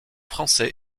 français